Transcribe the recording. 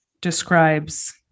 describes